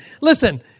Listen